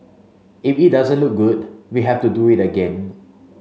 if it doesn't look good we have to do it again